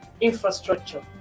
infrastructure